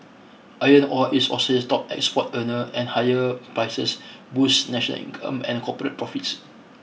iron ore is Australia's top export earner and higher prices boosts national income and corporate profits